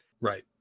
right